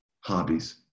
hobbies